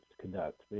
conduct